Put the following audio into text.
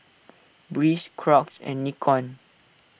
Breeze Crocs and Nikon